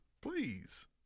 Please